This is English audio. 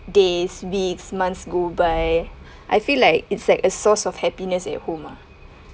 days weeks months go by I feel like it's like a source of happiness at home ah